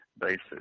basis